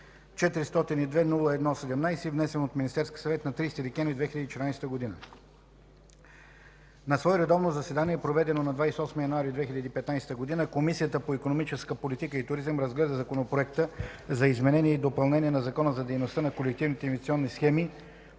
на Законопроекта за изменение и допълнение на Закона за дейността на колективните инвестиционни схеми